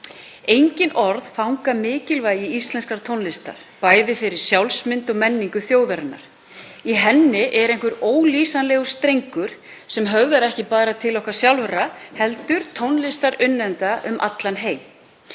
Engin orð fanga mikilvægi íslenskrar tónlistar, bæði fyrir sjálfsmynd og menningu þjóðarinnar. Í henni er einhver ólýsanlegur strengur sem höfðar ekki bara til okkar sjálfra heldur tónlistarunnenda um allan heim.